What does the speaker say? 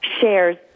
shares